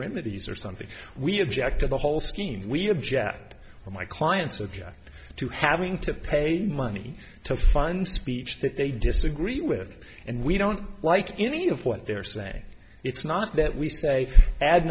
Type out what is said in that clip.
remedies or something we object to the whole scheme we object when my clients object to having to pay money to fund speech that they disagree with and we don't like any of what they're saying it's not that we say ad